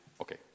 okay